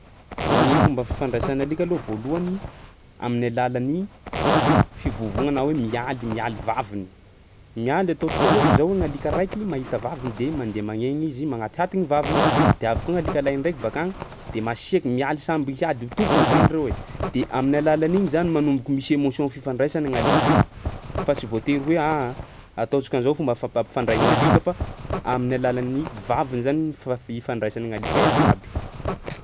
Gny fomba fifandraisan'ny alika aloha voalohany aminin'ny alalan'ny fivovògna na hoe mialy mialy vavin, mialy ataontsika ohatsy zao gny alika raiky mahita vaviny de mandeha magnegny izy magnatihaty ny vaviny de avy koa gny alika lahiny raiky baka agny de masieky mialy samby hiady ho tompony zany reo e de amin'ny alalan'igny zany manomboka misy émotion fifandraisana gny alika fa tsy voatery hoe aaa ataontsika an'zao fomba fap- ampifandray gny alika fa amin'ny alalan'ny vaviny zany fa- ifandraisan'gny alika iabiaby.